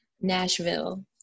Nashville